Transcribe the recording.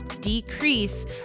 decrease